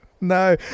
No